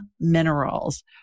Minerals